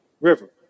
River